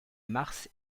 mars